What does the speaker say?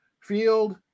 field